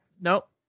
Nope